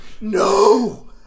no